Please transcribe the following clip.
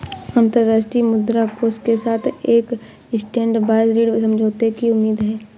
अंतर्राष्ट्रीय मुद्रा कोष के साथ एक स्टैंडबाय ऋण समझौते की उम्मीद है